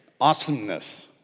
awesomeness